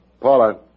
Paula